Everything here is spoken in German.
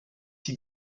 die